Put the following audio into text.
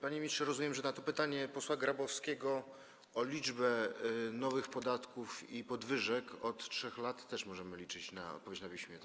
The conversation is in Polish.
Panie ministrze, rozumiem, że jeśli chodzi o pytanie posła Grabowskiego o liczbę nowych podatków i podwyżek od 3 lat, to też możemy liczyć na odpowiedź na piśmie, tak?